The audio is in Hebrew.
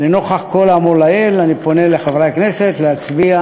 כגון הרשות השנייה לטלוויזיה